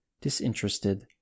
Disinterested